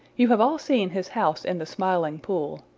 you have all seen his house in the smiling pool.